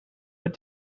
what